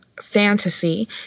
fantasy